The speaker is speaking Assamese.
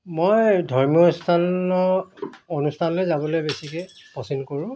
মই ধৰ্মীয় স্থানৰ অনুষ্ঠানলৈ যাবলৈ বেছিকৈ পচন্দ কৰোঁ